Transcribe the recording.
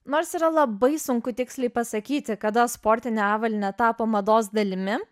nors yra labai sunku tiksliai pasakyti kada sportinė avalynė tapo mados dalimi